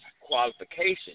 qualification